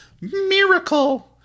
Miracle